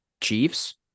Chiefs